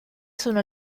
sono